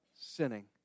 sinning